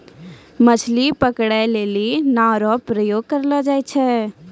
मछली पकड़ै लेली नांव रो प्रयोग करलो जाय छै